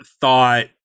thought